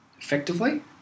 effectively